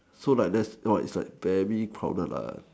so like that spot is like very crowded